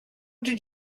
did